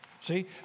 See